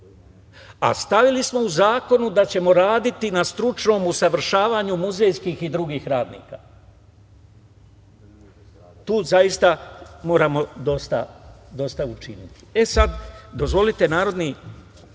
a stavili smo u zakonu da ćemo raditi na stručnom usavršavanju muzejskih i drugih radnika. Tu zaista moramo dosta učiniti.E sada, dozvolite narodni